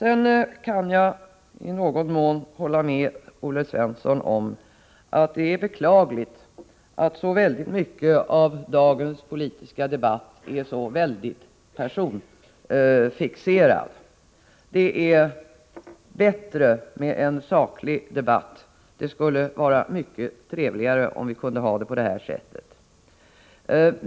I någon mån kan jag hålla med Olle Svensson om att det är beklagligt att så mycket i dagens politiska debatt är väldigt personfixerat. Det är bättre med en saklig debatt — det skulle vara trevligare om vi kunde ha det på det sättet.